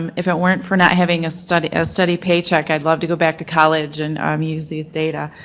um if it weren't for not having a study a steady paycheck i'd love to go back to college and um use these data.